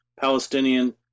Palestinian